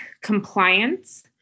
compliance